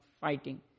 fighting